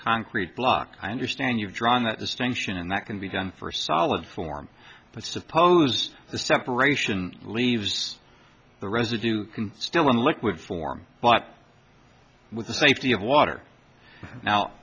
concrete block i understand you've drawn that distinction and that can be done for solid form but suppose the separation leaves the residue still in liquid form bot with the safety of water now